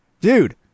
Dude